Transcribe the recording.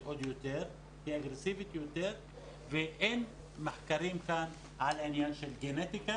עוד יותר ואין מחקרים כאן על העניין של גנטיקה